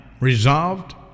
resolved